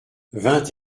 vingt